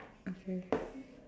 okay